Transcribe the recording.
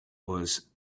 was